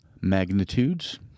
magnitudes